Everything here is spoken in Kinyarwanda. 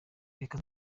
reka